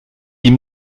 ihm